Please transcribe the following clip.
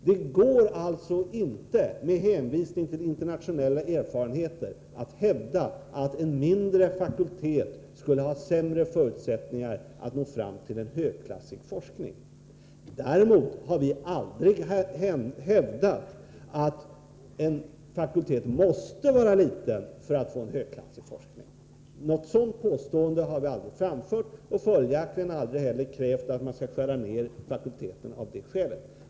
Det går alltså inte — med hänvisning till internationella erfarenheter — att hävda att en mindre fakultet skulle ha sämre förutsättningar att nå fram till en högklassig forskning. Däremot har vi aldrig påstått att en fakultet måste vara liten för att man skall få en högklassig forskning. Något sådant påstående har vi aldrig framfört, och vi har följaktligen aldrig heller krävt att man skall skära ner fakulteterna av detta skäl.